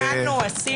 תיקנו, עשינו.